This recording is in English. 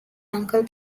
uncle